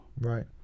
Right